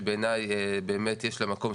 שבעיניי באמת יש לה מקום,